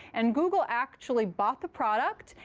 and google actually bought the product.